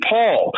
Paul